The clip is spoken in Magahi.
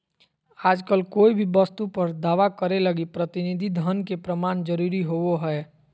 आजकल कोय भी वस्तु पर दावा करे लगी प्रतिनिधि धन के प्रमाण जरूरी होवो हय